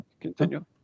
Continue